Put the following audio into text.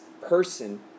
person